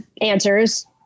answers